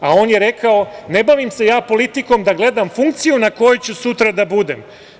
A on je rekao – ne bavim se ja politikom da gledam funkciju na kojoj ću sutra da budem.